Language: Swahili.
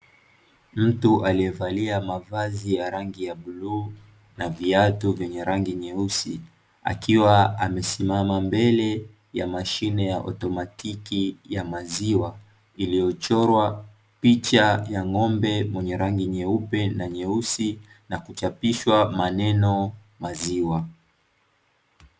Mtu aliyevalia mavazi ya rangi ya bluu na viatu vyenye rangi nyeusi, akiwa amesimama mbele ya mashine ya automatiki ya maziwa, iliyochorwa picha ya ng'ombe mwenye rangi nyeupe na nyeusi na kuchapishwa maneno "maziwa".